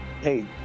Hey